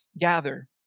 Gather